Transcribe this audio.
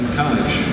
college